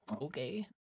Okay